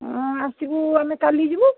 ହଁ ଆସିବୁ ଆମେ କାଲି ଯିବୁ